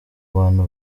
bantu